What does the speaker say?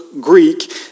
Greek